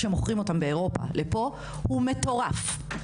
הוא מטורף.